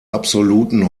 absoluten